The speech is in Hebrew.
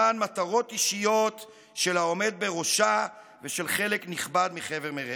למען מטרות אישיות של העומד בראשה ושל חלק נכבד מחבר מרעיו.